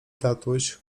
tatuś